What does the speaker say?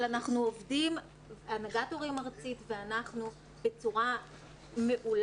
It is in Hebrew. אבל הנהגת ההורים הארצית ואנחנו עובדים בצורה מעולה,